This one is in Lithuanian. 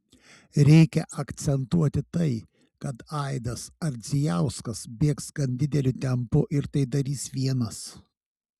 reikia akcentuoti tai kad aidas ardzijauskas bėgs gan dideliu tempu ir tai darys vienas